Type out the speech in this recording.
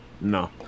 no